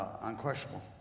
unquestionable